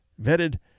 vetted